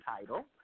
title